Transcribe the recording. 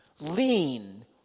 Lean